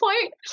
point